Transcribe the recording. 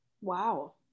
Wow